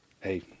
hey